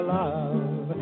love